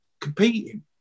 competing